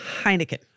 Heineken